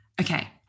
okay